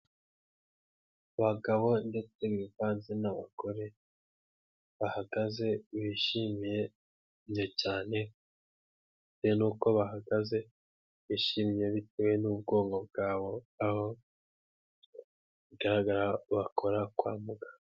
Abagabo ndetse bivaze n'abagore bahagaze bishimiye cyane, bitewe nuko bahagaze bishimye bitewe n'ubwoko bwabo, aho bigaragara ko bakora kwa muganga.